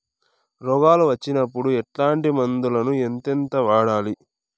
రోగాలు వచ్చినప్పుడు ఎట్లాంటి మందులను ఎంతెంత వాడాలి?